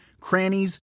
crannies